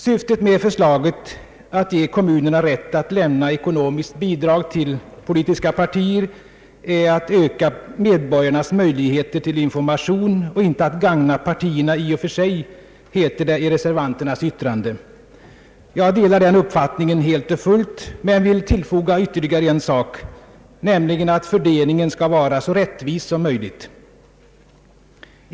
Syftet med förslaget att ge kommunerna rätt att lämna ekonomiskt bidrag till politiska partier är att »öka medborgarnas möjligheter till information, inte att gagna partierna i och för sig», heter det i reservanternas yttrande. Jag delar den uppfattningen helt och fullt men vill tillfoga ytterligare en sak, nämligen att fördelningen skall vara så rättvis som möjligt.